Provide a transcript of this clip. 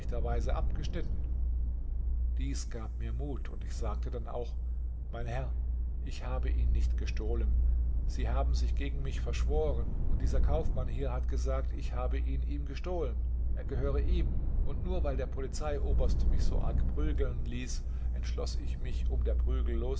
abgeschnitten dies gab mir mut und ich sagte dann auch mein herr ich habe ihn nicht gestohlen sie haben sich gegen mich verschworen und dieser kaufmann hier hat gesagt ich habe ihn ihm gestohlen er gehöre ihm und nur weil der polizeioberst mich so arg prügeln ließ entschloß ich mich um der prügel